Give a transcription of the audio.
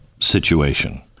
situation